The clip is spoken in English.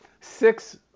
six